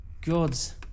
Gods